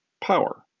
power